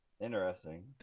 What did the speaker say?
interesting